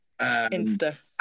Insta